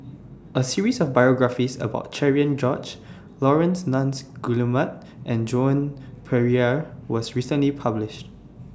A series of biographies about Cherian George Laurence Nunns Guillemard and Joan Pereira was recently published